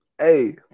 Hey